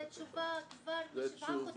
זו אותה התשובה כבר שבעה חודשים.